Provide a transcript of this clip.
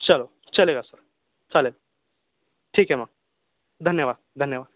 चालो चलेगा सर चालेल ठीक आहे मग धन्यवाद धन्यवाद